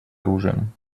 оружием